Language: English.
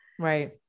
right